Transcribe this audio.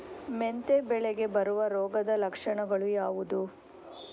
ಮೆಂತೆ ಬೆಳೆಗೆ ಬರುವ ರೋಗದ ಲಕ್ಷಣಗಳು ಯಾವುದು?